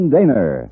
Daner